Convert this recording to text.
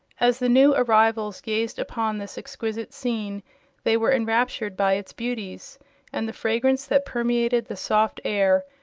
as the new arrivals gazed upon this exquisite scene they were enraptured by its beauties and the fragrance that permeated the soft air,